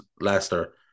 Leicester